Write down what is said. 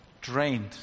Drained